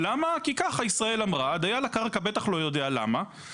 ולכן אם אדם מתעקש --- אני אומר לך שזה קורה.